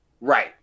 Right